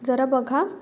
जरा बघा